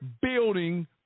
building